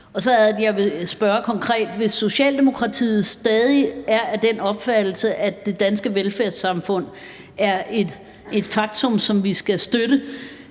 med meget fattige børn? Hvis Socialdemokratiet stadig er af den opfattelse, at det danske velfærdssamfund er et faktum, som vi skal støtte,